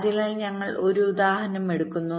അതിനാൽ ഞങ്ങൾ ഒരു ഉദാഹരണം എടുക്കുന്നു